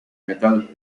metal